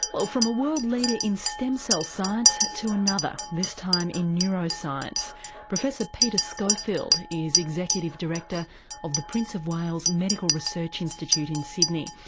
well, from a world leader in stem cell science to another, this time in neuroscience professor peter schofield is executive director of the prince of wales medical research institute in sydney.